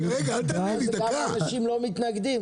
ואז אותם אנשים לא מתנגדים.